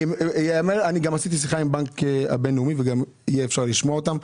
אני גם עשיתי שיחה עם בנק הבינלאומי ויהיה אפשר גם לשמוע אותם.